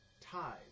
ties